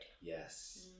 Yes